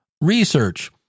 research